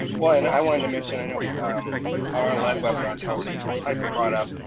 well, and i wanted to mention, i know our lead webinar, kelsey pieper brought up,